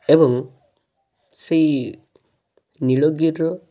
ଏବଂ ସେଇ ନୀଳଗିରିର